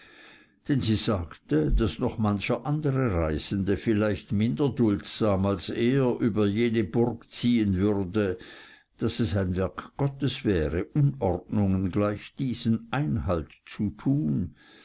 denn sie sagte daß noch mancher andre reisende vielleicht minder duldsam als er über jene burg ziehen würde daß es ein werk gottes wäre unordnungen gleich diesen einhalt zu tun